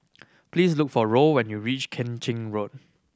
please look for Roll when you reach Keng Chin Road